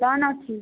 ଅଛି